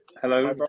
Hello